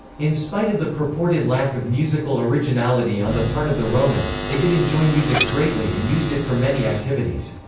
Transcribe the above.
in spite of the purported lack of musical originality on the part of the romans, they did enjoy music greatly and used it for many activities.